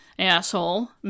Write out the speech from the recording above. asshole